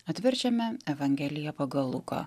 atverčiame evangeliją pagal luką